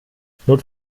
notfalls